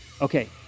Okay